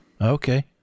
Okay